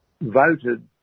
voted